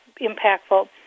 impactful